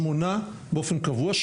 שמונה באופן קבוע,